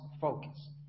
focus